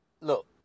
look